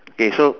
okay so